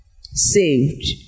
saved